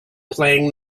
playing